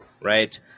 right